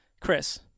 Chris